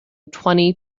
twenty